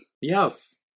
Yes